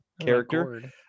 character